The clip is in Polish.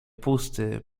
pusty